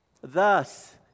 Thus